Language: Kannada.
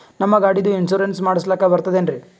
ನಮ್ಮ ಗಾಡಿದು ಇನ್ಸೂರೆನ್ಸ್ ಮಾಡಸ್ಲಾಕ ಬರ್ತದೇನ್ರಿ?